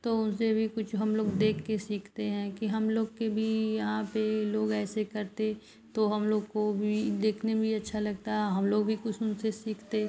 तो उनसे भी हमलोग कुछ देखकर सीखते हैं कि हमलोग के भी यहाँ पर लोग ऐसे करते तो हमलोग को भी देखने में अच्छा लगता हमलोग भी कुछ उनसे सीखते